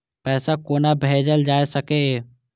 पैसा कोना भैजल जाय सके ये